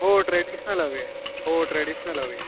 हो ट्रेडिशनल हवीआहे हो ट्रेडिशनल हवी आहे